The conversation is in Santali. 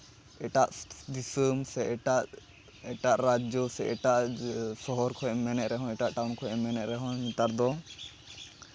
ᱮᱴᱟᱜ ᱫᱤᱥᱟᱹᱢ ᱥᱮ ᱮᱴᱟᱜ ᱮᱴᱟᱜ ᱨᱟᱡᱡᱚ ᱥᱮ ᱮᱴᱟᱜ ᱥᱚᱦᱚᱨ ᱠᱷᱚᱡ ᱮᱢ ᱢᱮᱱᱮᱫ ᱨᱮᱦᱚᱸ ᱮᱴᱟᱜ ᱴᱟᱣᱩᱱ ᱠᱷᱚᱡ ᱮᱢ ᱢᱮᱱᱮᱫ ᱨᱮᱦᱚᱸ ᱱᱮᱛᱟᱨ ᱫᱚ